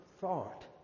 thought